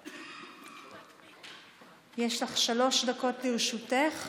הצעה לסדר-היום מס' 528. שלוש דקות לרשותך.